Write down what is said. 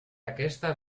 aquesta